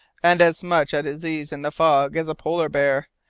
and as much at his ease in the fog as a polar bear.